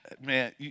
Man